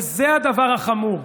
וזה הדבר החמור.